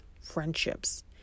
friendships